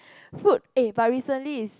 food eh but recently is